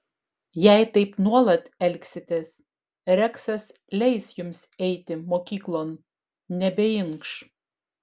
jei taip nuolat elgsitės reksas leis jums eiti mokyklon nebeinkš